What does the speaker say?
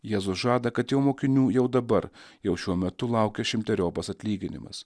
jėzus žada kad jau mokinių jau dabar jau šiuo metu laukia šimteriopas atlyginimas